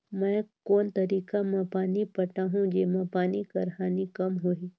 मैं कोन तरीका म पानी पटाहूं जेमा पानी कर हानि कम होही?